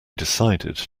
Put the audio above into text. decided